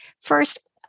First